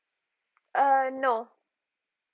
err no